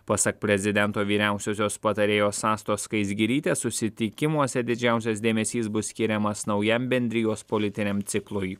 pasak prezidento vyriausiosios patarėjos astos skaisgirytės susitikimuose didžiausias dėmesys bus skiriamas naujam bendrijos politiniam ciklui